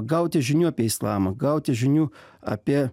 gauti žinių apie islamą gauti žinių apie